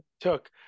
took